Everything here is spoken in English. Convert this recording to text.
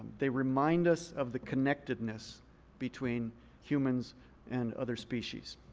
they remind us of the connectedness between humans and other species.